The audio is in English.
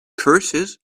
curses